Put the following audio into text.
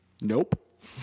nope